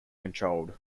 controlled